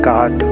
God